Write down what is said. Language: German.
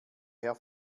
herr